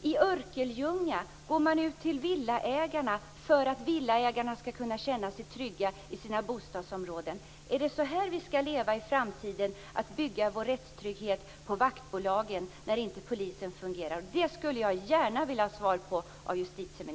I Örkelljunga går man ut till villaägarna för att villaägarna skall kunna känna sig trygga i sina bostadsområden. Är det så här vi skall leva i framtiden?